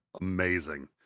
amazing